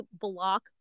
block